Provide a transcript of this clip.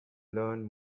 learn